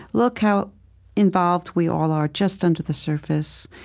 look how involved we all are just under the surface,